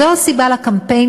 זאת הסיבה לקמפיין